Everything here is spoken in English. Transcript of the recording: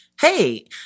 Hey